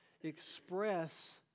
express